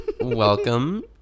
Welcome